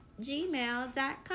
gmail.com